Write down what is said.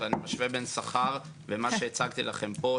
אני משווה בין שכר לבין מה שהצגתי לכם פה,